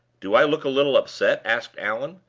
do i look a little upset? asked allan,